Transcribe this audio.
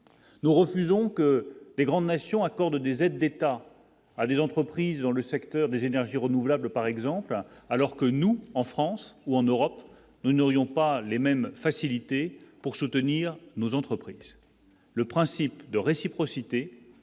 nous refusons que des grandes nations accorde des aides d'État à des entreprises dans le secteur des énergies renouvelables, par exemple, alors que nous, en France ou en Europe, nous n'aurions pas les mêmes facilités pour soutenir nos entreprises, le principe de réciprocité,